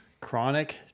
Chronic